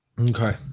Okay